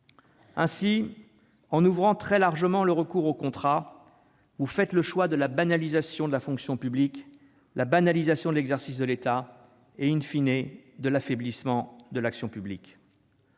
Ainsi, en ouvrant très largement le recours au contrat, vous faites le choix de la banalisation de la fonction publique et de l'exercice de l'État ; vous faites le choix,, de l'affaiblissement de l'action publique.